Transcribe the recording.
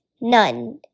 None